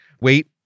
wait